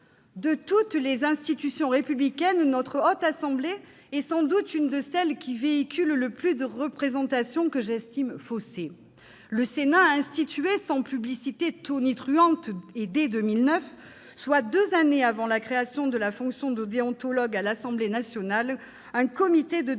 De toutes les institutions républicaines, notre Haute Assemblée est sans doute l'une de celles qui véhiculent le plus de représentations selon moi faussées. Le Sénat a institué, sans publicité tonitruante et dès 2009, soit deux années avant la création de la fonction de déontologue à l'Assemblée nationale, un comité de déontologie